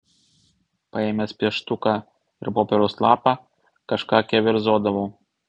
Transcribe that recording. paėmęs pieštuką ir popieriaus lapą kažką keverzodavau